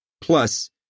Plus